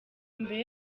mbere